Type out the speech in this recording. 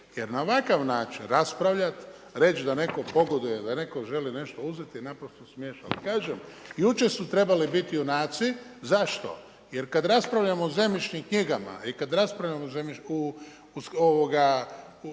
Jer na ovakav način raspravljati, reći da netko pogoduje, da netko želi nešto uzeti je naprosto smještano. Al kažem, jučer su trebali biti junaci. Zašto? Jer kad raspravljamo o zemljišnim knjigama i kad raspravljamo o izradi tih